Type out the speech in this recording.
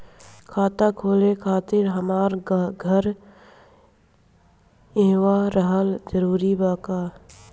खाता खोले खातिर हमार घर इहवा रहल जरूरी बा का?